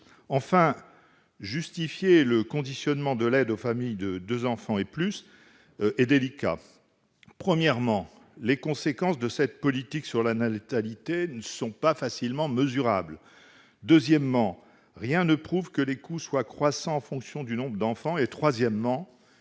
dispositifs. Conditionner l'octroi de l'aide au fait d'avoir deux enfants et plus est délicat. Premièrement, les conséquences de cette politique sur la natalité ne sont pas facilement mesurables. Deuxièmement, rien ne prouve que les coûts soient croissants en fonction du nombre d'enfants. Troisièmement,